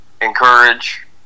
encourage